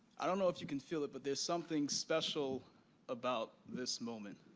i don't know if you can feel it, but there's something special about this moment.